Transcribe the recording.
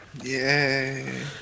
Yay